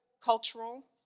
cultural,